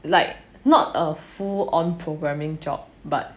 like not a full on programming job but